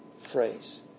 phrase